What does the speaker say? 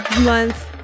month